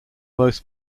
most